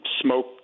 smoke